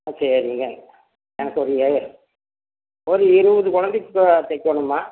ஆ சரிங்க எனக்கு ஒரு ஏ ஒரு இருபது குழந்தைக்கி இப்போ தைக்கணும்மா